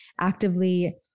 actively